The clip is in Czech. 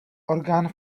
orgán